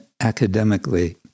academically